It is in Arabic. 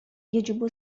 يجب